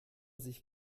sich